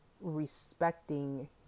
respecting